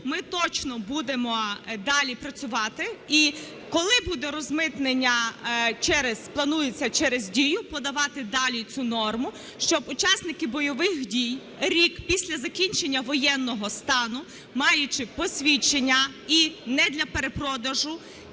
ми точно будемо далі працювати, і коли буде розмитнення, планується через Дію подавати далі цю норму, щоб учасники бойових дій рік після закінчення воєнного стану, маючи посвідчення, і не для перепродажу,